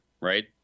right